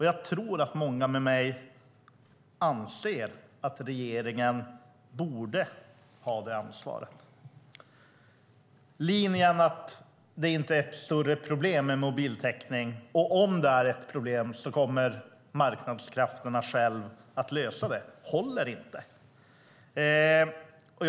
Jag tror att många med mig anser att regeringen borde ha det ansvaret. Linjen att det inte är ett större problem med mobiltäckning, och om det är ett problem kommer marknadskrafterna själva att lösa det, håller inte.